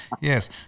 yes